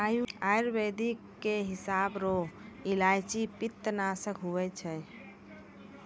आयुर्वेद के हिसाब रो इलायची पित्तनासक हुवै छै